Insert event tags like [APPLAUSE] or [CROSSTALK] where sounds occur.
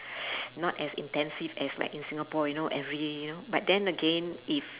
[NOISE] not as intensive as like in singapore you know every but then again if